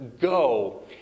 go